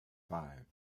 five